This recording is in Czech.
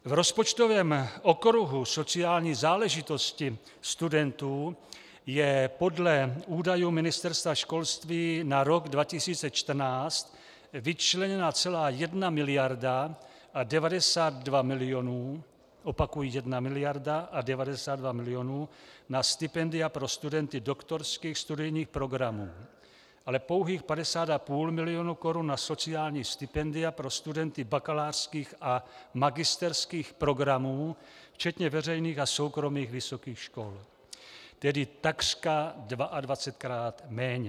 V rozpočtovém okruhu sociální záležitosti studentů je podle údajů Ministerstva školství na rok 2014 vyčleněna celá 1 mld. a 92 mil. opakuji, 1 mld. a 92 mil. na stipendia pro studenty doktorských studijních programů, ale pouhých 50,5 mil. korun na sociální stipendia pro studenty bakalářských a magisterských programů včetně veřejných a soukromých vysokých škol, tedy takřka dvaadvacetkrát méně.